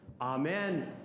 Amen